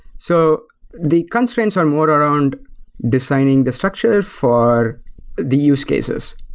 so the constraints are more around designing the structure for the use cases.